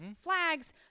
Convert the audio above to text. flags